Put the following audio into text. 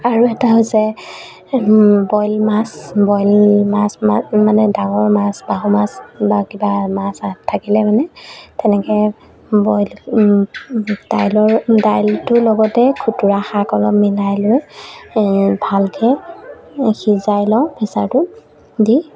আৰু এটা হৈছে বইল মাছ বইল মাছ ম মানে ডাঙৰ মাছ বাহু মাছ বা কিবা মাছ থাকিলে মানে তেনেকে বইল দাইলৰ দাইলটোৰ লগতে খুতুৰা শাক অলপ মিলাই লৈ ভালকে সিজাই লওঁ প্ৰেছাৰটো দি